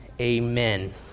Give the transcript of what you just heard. Amen